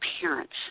parents